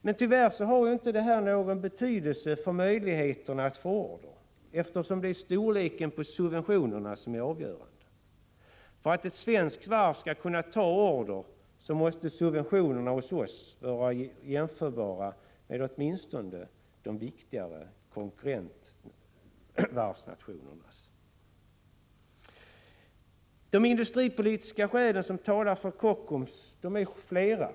Men tyvärr har detta inte någon betydelse för möjligheterna att ta order, eftersom det är storleken på subventionerna som är avgörande. För att ett svenskt varv skall kunna ta hem order måste subventionerna hos oss vara jämförbara med åtminstone de viktigare konkurrerande varvsnationernas. De industripolitiska skäl som talar för Kockums är flera.